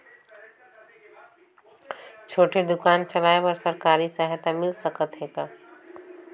छोटे दुकान चलाय बर सरकारी सहायता मिल सकत हे का?